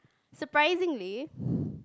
surprisingly